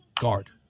guard